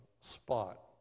spot